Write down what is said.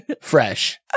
Fresh